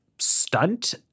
stunt